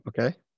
okay